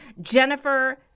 Jennifer